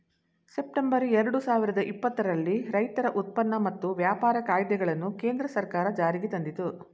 September ಎರಡು ಸಾವಿರದ ಇಪ್ಪತ್ತರಲ್ಲಿ ರೈತರ ಉತ್ಪನ್ನ ಮತ್ತು ವ್ಯಾಪಾರ ಕಾಯ್ದೆಗಳನ್ನು ಕೇಂದ್ರ ಸರ್ಕಾರ ಜಾರಿಗೆ ತಂದಿತು